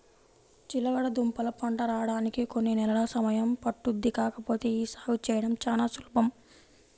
చిలకడదుంపల పంట రాడానికి కొన్ని నెలలు సమయం పట్టుద్ది కాకపోతే యీ సాగు చేయడం చానా సులభం